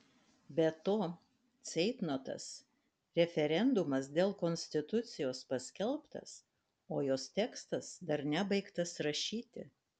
be to ceitnotas referendumas dėl konstitucijos paskelbtas o jos tekstas dar nebaigtas rašyti